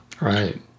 Right